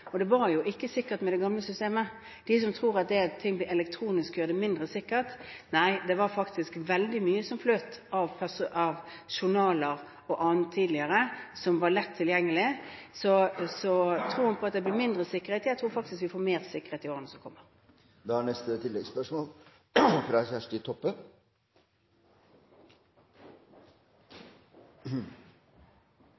det var jo ikke sikkert med det gamle systemet. Det var faktisk veldig mye som fløt av journaler og annet tidligere, som var lett tilgjengelig, så når det gjelder troen på at det blir mindre sikkerhet ved at ting blir elektronisk, tror jeg faktisk vi får mer sikkerhet i årene som kommer.